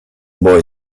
boy